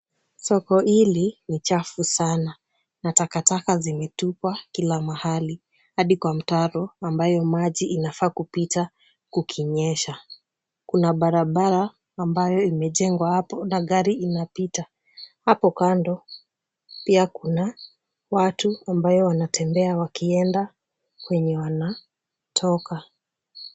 Soko hili ni chafu sana na takataka zimetupwa kila mahali hadi kwa mtaro ambayo maji inafaa kupita kukinyesha. Kuna barabara ambayo imejengwa hapo na gari inapita. Hapo kando pia kuna watu ambayo wanatembea wakienda kwenye wanatoka.